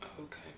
Okay